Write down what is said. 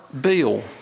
bill